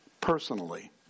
personally